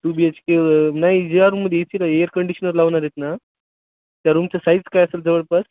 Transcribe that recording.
to B H K नाही ज्या रूममध्ये ए सीला एअर कंडिशनर लावणार आहेत ना त्या रूमचं साईज काय असंल जवळपास